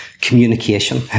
communication